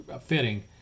fitting